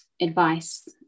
advice